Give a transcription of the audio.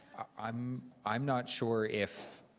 i'm i'm not sure if